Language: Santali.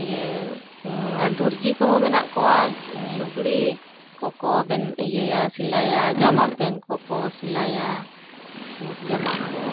ᱤᱭᱟᱹ ᱫᱚᱨᱡᱤ ᱠᱚᱦᱚᱸ ᱢᱮᱱᱟᱜ ᱠᱚᱣᱟ ᱞᱩᱜᱽᱲᱤ ᱠᱚᱠᱚ ᱤᱭᱟᱹᱭᱟ ᱥᱤᱞᱟᱭᱟ ᱡᱟᱢᱟ ᱯᱮᱱᱴ ᱠᱚᱠᱚ ᱥᱤᱞᱟᱭᱟ ᱥᱩᱴ ᱡᱟᱢᱟ ᱠᱚ